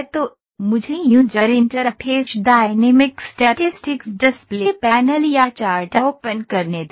तो मुझे user interface dynamic statistics display panel या चार्ट ओपन करने दें